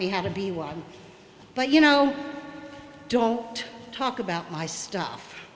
me how to be water but you know don't talk about my stuff